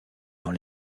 dans